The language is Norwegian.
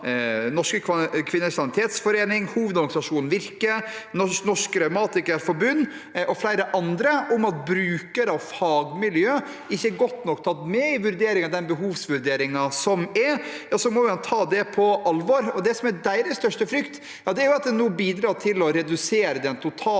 Norske Kvinners Sanitetsforening, Hovedorganisasjonen Virke, Norsk Revmatikerforbund og flere andre – om at brukere og fagmiljø ikke er godt nok tatt med i den behovsvurderingen som er, må en jo ta det på alvor. Det som er deres største frykt, er at en nå bidrar til å redusere den totale